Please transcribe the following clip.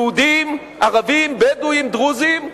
יהודים, ערבים, בדואים ודרוזים?